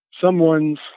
someone's